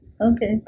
Okay